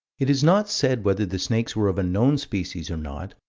it is not said whether the snakes were of a known species or not,